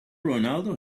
ronaldo